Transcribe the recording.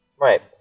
Right